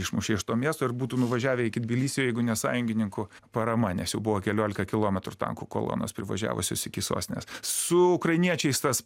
išmušė iš to miesto ir būtų nuvažiavę iki tbilisio jeigu ne sąjungininkų parama nes jau buvo keliolika kilometrų tankų kolonos privažiavusios iki sostinės su ukrainiečiais tas